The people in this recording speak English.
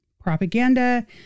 propaganda